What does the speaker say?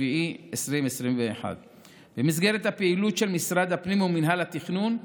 ביולי 2021. במסגרת הפעילות של משרד הפנים ומינהל התכנון,